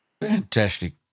Fantastic